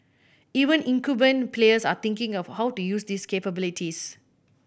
even incumbent players are thinking of how to use these capabilities